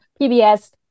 PBS